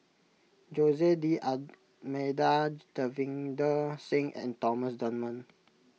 Jose D'Almeida Davinder Singh and Thomas Dunman